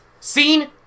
Scene